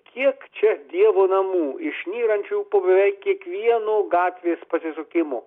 kiek čia dievo namų išnyrančių po bevei kiekvieno gatvės pasisukimo